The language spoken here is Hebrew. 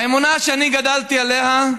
האמונה שאני גדלתי עליה,